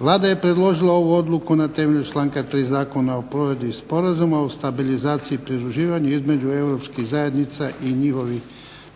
Vlada je predložila ovu odluku na temelju članka 3. Zakona o provedbi Sporazuma o stabilizaciji i pridruživanju između Europskih zajednica i njihovih